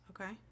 Okay